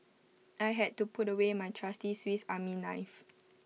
I had to put away my trusty Swiss army knife